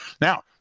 Now